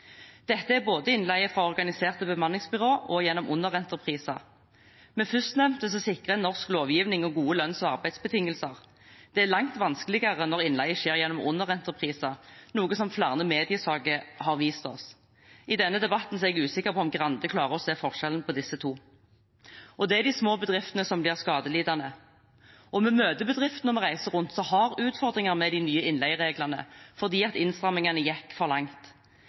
Dette er innleie både fra organiserte bemanningsbyråer og gjennom underentrepriser. Med førstnevnte sikrer man norsk lovgivning og gode lønns- og arbeidsbetingelser. Det er langt vanskeligere når innleie skjer gjennom underentrepriser, noe som flere mediesaker har vist oss. I denne debatten er jeg usikker på om representanten Grande klarer å se forskjellen på disse to. Det er de små bedriftene som blir skadelidende. Når vi reiser rundt, møter vi bedrifter som har utfordringer med de nye innleiereglene, fordi innstrammingene gikk for langt.